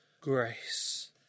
grace